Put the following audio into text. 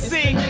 See